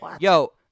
Yo